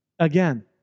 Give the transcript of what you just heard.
again